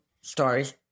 stories